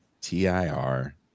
T-I-R